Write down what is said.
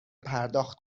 پرداخت